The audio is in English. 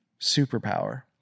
superpower